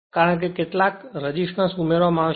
કારણ કે ખરેખર કેટલાક રેસિસ્ટન્સ ઉમેરવામાં આવશે